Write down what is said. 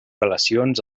relacions